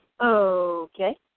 Okay